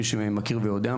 מי שמכיר ויודע.